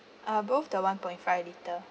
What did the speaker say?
uh both the one point five litre